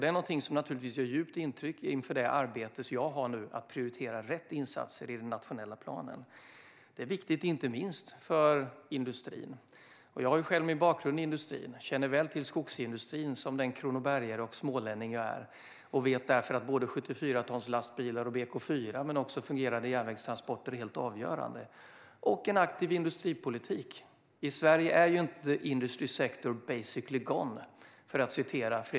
Det är någonting som naturligtvis gör ett djupt intryck inför det arbete som jag nu har att prioritera rätt insatser i den nationella planen. Det är viktigt inte minst för industrin. Jag har själv min bakgrund i industrin och känner väl till skogsindustrin som den kronobergare och smålänning som jag är. Därför vet jag att både 74-tonslastbilar och BK4, men också fungerande järnvägstransporter och en aktiv industripolitik, är helt avgörande. Fredrik Reinfeldt sa i Davos: We used to have people in the industry, but they are basically gone.